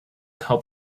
help